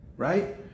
Right